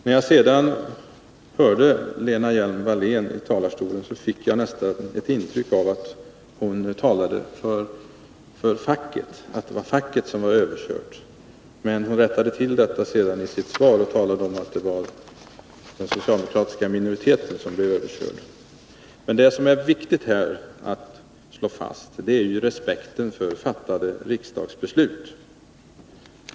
När jag hörde Lena Hjelm-Walléns första inlägg fick jag nästan ett intryck av att hon talade för facket och menade att det var facket som var överkört. Men hon rättade sedan till detta i ett senare inlägg och förklarade att det var den socialdemokratiska riksdagsminoriteten som blev överkörd. Vad som är viktigt att slå fast är respekten för fattade riksdagsbeslut.